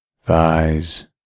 thighs